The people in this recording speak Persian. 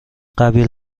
قبیل